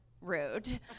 rude